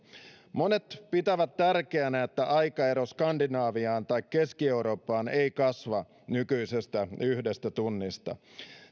monet pitävät tärkeänä että aikaero skandinaviaan tai keski eurooppaan ei kasva nykyisestä yhdestä tunnista